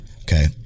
okay